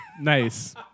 Nice